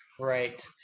right